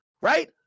right